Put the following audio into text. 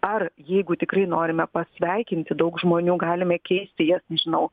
ar jeigu tikrai norime pasveikinti daug žmonių galime keisti jas nežinau